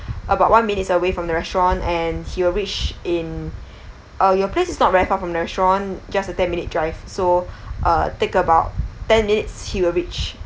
about one minutes away from the restaurant and he'll reach in uh your place is not very far from the restaurant just a ten minute drive so uh take about ten minutes he will reach